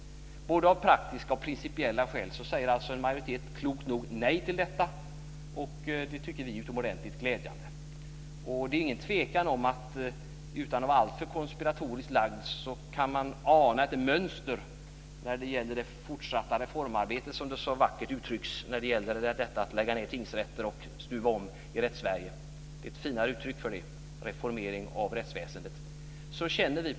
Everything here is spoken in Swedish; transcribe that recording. Både av praktiska och principiella skäl säger en majoritet klokt nog nej till detta, och det tycker vi är utomordentligt glädjande. Man kan utan att vara alltför konspiratoriskt lagd ana ett mönster i det fortsatta reformarbetet, som det så vackert uttrycks när det gäller att lägga ned tingsrätter och stuva om i Rättssverige. Reformering av rättsväsendet är ett finare uttryck för detta.